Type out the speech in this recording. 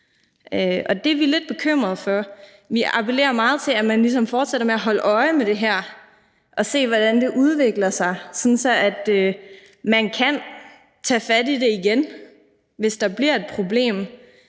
Det er vi lidt bekymrede for. Vi appellerer meget til, at man ligesom fortsætter med at holde øje med det her og ser, hvordan det udvikler sig, sådan at man kan tage fat i det igen, hvis der bliver et problem.